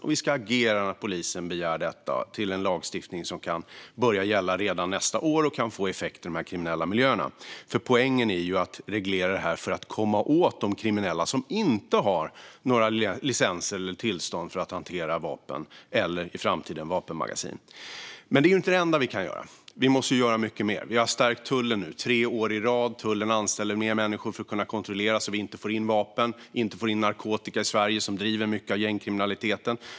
Och vi ska agera när polisen begär detta, så att vi får en lagstiftning som kan börja gälla redan nästa år och som kan få effekt i de kriminella miljöerna. Poängen med att reglera detta är ju att man ska komma åt de kriminella, som inte har några licenser eller tillstånd för att hantera vapen eller, i framtiden, vapenmagasin. Men det är inte det enda vi kan göra. Vi måste göra mycket mer. Vi har stärkt tullen tre år i rad. Tullen anställer fler människor för att kunna kontrollera att vi inte får in vapen och narkotika, som driver mycket av gängkriminaliteten, i Sverige.